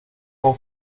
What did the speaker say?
como